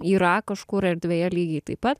yra kažkur erdvėje lygiai taip pat